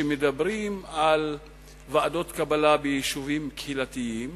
שמדברים על ועדות קבלה ביישובים קהילתיים,